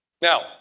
Now